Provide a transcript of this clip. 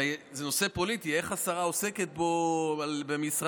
הרי זה נושא פוליטי, איך השרה עוסקת בו במשרדה?